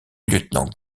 lieutenant